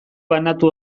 banatu